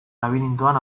labirintoan